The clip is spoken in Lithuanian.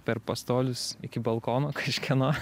per pastolius iki balkono kažkieno